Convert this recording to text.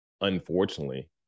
Unfortunately